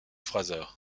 fraser